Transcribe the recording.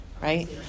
right